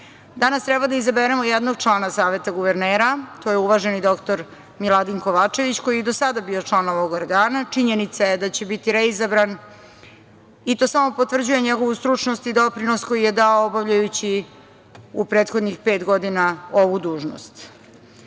19.Danas treba da izaberemo jednog člana Saveta guvernera, to je uvaženi dr Miladin Kovačević, koji je i do sada bio član ovog organa. Činjenica je da će biti reizabran i to samo potvrđuje njegovu stručnost i doprinos koji je dao obavljajući u prethodnih pet godina ovu dužnost. Drugi